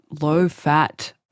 low-fat